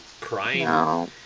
crying